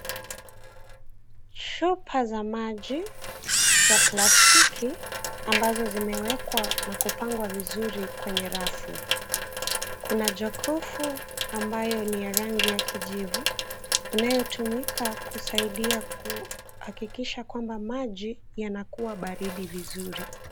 Chupa za maji, za plastiki ambazo zimewekwa na kupangwa vizuri kwenye rafu. Kuna jokofu ambayo ni ya rangi ya kijivu, inayotumika kusaidia kuhakikisha kwamba maji yanakua baridi vizuri.